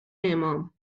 امام